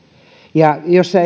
ja joissa